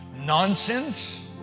nonsense